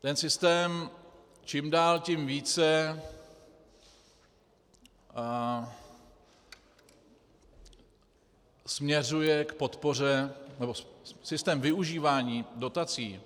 Ten systém čím dál tím více směřuje k podpoře, nebo systém využívání dotací